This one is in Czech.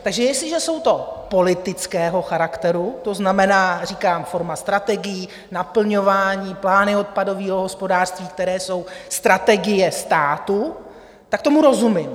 Takže jestliže jsou to politického charakteru, to znamená, říkám, forma strategií, naplňování, plány odpadového hospodářství, které jsou strategie státu, tak tomu rozumím.